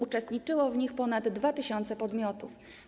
Uczestniczyło w nich ponad 2 tys. podmiotów.